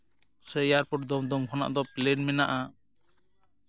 ᱥᱮ ᱮᱭᱟᱨᱯᱳᱨᱴ ᱫᱚᱢ ᱫᱚᱢ ᱠᱷᱚᱱᱟᱜ ᱫᱚ ᱯᱞᱮᱱ ᱢᱮᱱᱟᱜᱼᱟ